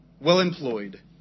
well-employed